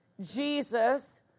Jesus